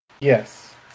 Yes